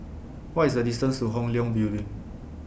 What IS The distance to Hong Leong Building